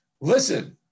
Listen